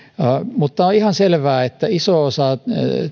mutta on ihan selvää että iso osa